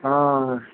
हाँ